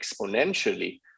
exponentially